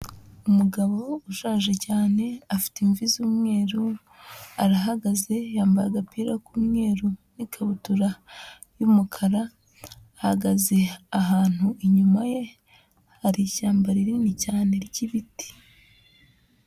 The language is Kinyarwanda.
Umugabo ushaje cyane, afite imvi z'umweru, arahagaze yambaye agapira k'umweru n'ikabutura y'umukara, ahagaze ahantu inyuma ye hari ishyamba rinini cyane ry'ibiti.